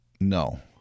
No